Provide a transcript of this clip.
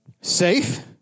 Safe